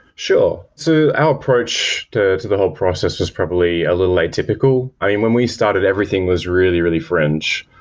sure. so our approach to to the whole process is probably a little atypical. i mean, when we started, everything was really, really fringe.